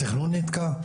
התכנון נתקע.